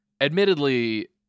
Admittedly